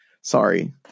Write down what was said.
Sorry